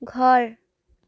ঘৰ